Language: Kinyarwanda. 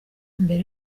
mbere